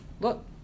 Look